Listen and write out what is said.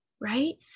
right